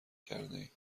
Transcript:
کردهایم